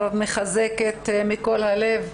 אני מחזקת מכל הלב.